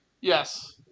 Yes